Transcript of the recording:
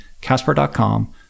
casper.com